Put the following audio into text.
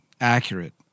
accurate